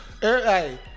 Hey